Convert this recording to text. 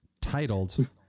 titled